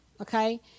Okay